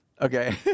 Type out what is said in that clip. Okay